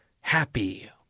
happy